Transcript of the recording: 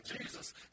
Jesus